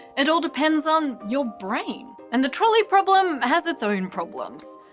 it all depends on your brain. and the trolley problem has it's own problems.